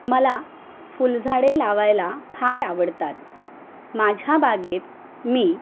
मला फुलझाडे लावायला फार आवडतात माझ्या बागेत मी